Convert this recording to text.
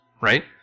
right